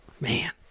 Man